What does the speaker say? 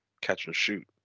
catch-and-shoot